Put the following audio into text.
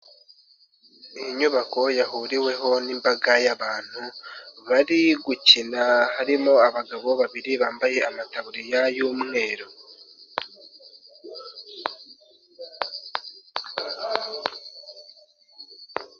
Iyi nyubako yahuriweho n'imbaga y'abantu, bari gukina harimo abagabo babiri bambaye amatabuririya y'umweru.